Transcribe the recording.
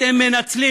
אתם מנצלים,